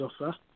offer